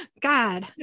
god